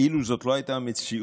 אילו זו לא הייתה המציאות,